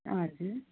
हजुर